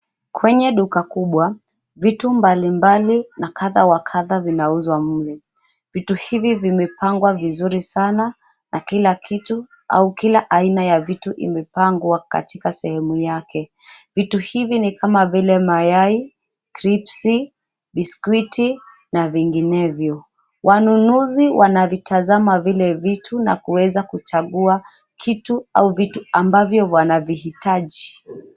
Kwenye duka kubwa vitu mbalimbali na kadha wa kadha vinauzwa mle. Vitu hivi vimepangwa vizuri sana na kila kitu au kila aina ya vitu imepangwa katika sehemu yake. Vitu hivi ni kama vile mayai, kripsy, biskuiti na vinginevyo. Wanunuzi wanavitazama vile vitu na kuweza kuchagua kitu au vitu ambavyo wanavihitaji.